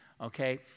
Okay